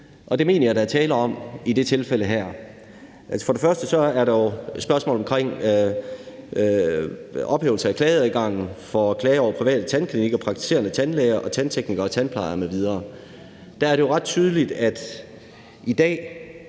og det mener jeg der er tale om i det tilfælde her. Først er der jo spørgsmålet omkring ophævelse af klageadgangen for klager over private tandklinikker, praktiserende tandlæger, tandteknikere, tandplejere m.v. I 2023 har der været 665 sager – det